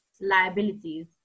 liabilities